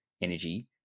energy